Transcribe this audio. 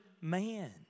man